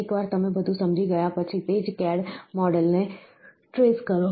એકવાર તમે બધું સમજી ગયા પછી તે જ CAD મોડેલને ટ્રેસ કરો